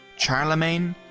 charlemagne,